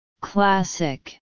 classic